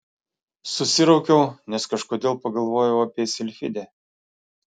susiraukiau nes kažkodėl pagalvojau apie silfidę